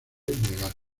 legal